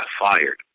fired